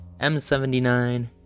M79